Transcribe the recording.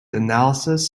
analyses